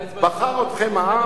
בחר אתכם העם,